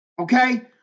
Okay